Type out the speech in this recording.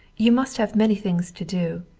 you must have many things to do.